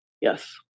Yes